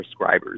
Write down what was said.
prescribers